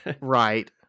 Right